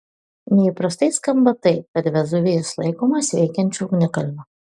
neįprastai skamba tai kad vezuvijus laikomas veikiančiu ugnikalniu